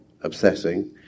obsessing